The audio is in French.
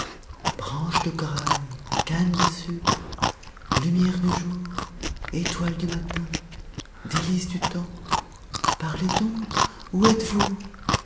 branche de corail canne de sucre lumière du jour étoile du matin délices du temps parlez donc où êtes-vous